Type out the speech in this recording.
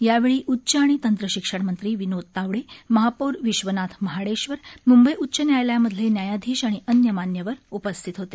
यावेळी उच्च आणि तंत्र शिक्षण मंत्री विनोद तावडे महापौर विश्वनाथ महाडेबर मुंबई उच्च न्यायालयामधले न्यायाधीश आणि अन्य मान्यवर उपस्थित होते